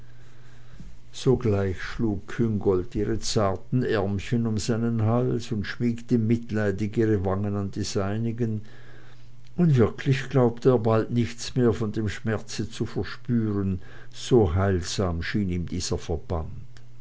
sogleich schlang küngolt ihre zarten ärmchen um seinen hals und schmiegte mitleidig ihre wangen an die seinigen und wirklich glaubte er bald nichts mehr von dem schmerze zu verspüren so heilsam schien ihm dieser verband